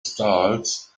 stalls